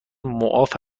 معاف